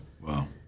Wow